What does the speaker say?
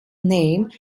name